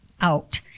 out